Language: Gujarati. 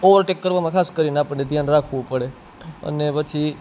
ઓવરટેક કરવામાં આપણે ખાસ કરીને આપણે ધ્યાન રાખવું પડે અને પછી